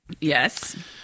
Yes